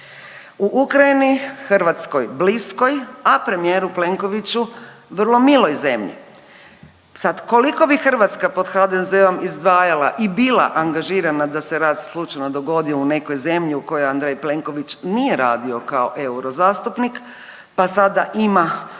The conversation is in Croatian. u Ukrajini Hrvatskoj bliskoj, a premijeru Plenkoviću vrlo miloj zemlji. Sad koliko bi Hrvatska pod HDZ-om izdvajala i bila angažirala da se rat slučajno dogodio u nekoj zemlji u kojoj Andrej Plenković nije radio kao eurozastupnik, pa sada ima